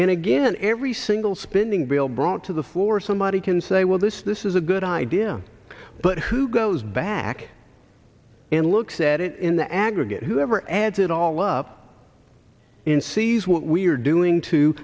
and again every single spending bill brought to the floor somebody can say well this this is a good idea but who goes back and looks at it in the aggregate whoever adds it all up in sees what we're doing to